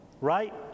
right